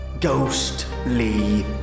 ghostly